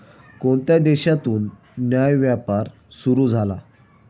कोणत्या देशातून न्याय्य व्यापार सुरू झाला?